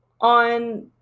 on